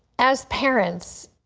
as parents,